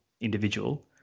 individual